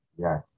Yes